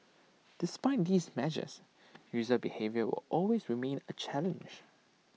despite these measures user behaviour will always remain A challenge